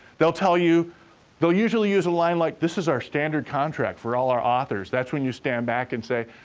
they'll tell you they'll usually use a line like, this is our standard contract for all our authors. that's when you stand back, and say,